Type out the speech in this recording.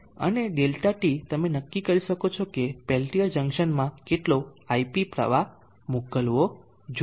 અને ΔT તમે નક્કી કરી શકો છો કે પેલ્ટીયર જંકશનમાં કેટલો iP પ્રવાહ મોકલવો જોઈએ